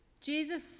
Jesus